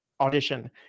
audition